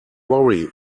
worry